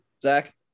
Zach